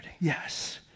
yes